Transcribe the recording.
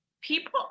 People